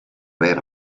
era